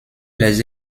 les